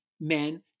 men